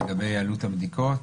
לגבי עלות הבדיקות,